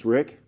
Rick